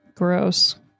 gross